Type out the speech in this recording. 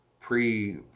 pre